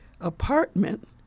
apartment